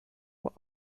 were